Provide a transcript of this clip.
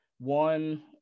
one